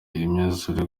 imyuzure